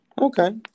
Okay